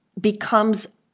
becomes